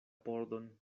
pordon